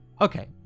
Okay